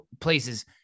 places